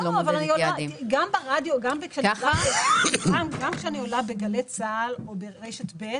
-- גם כשאני עולה בגלי צה"ל או ברשת ב'